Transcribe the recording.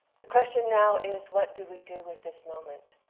the question now is, what do we do with this moment?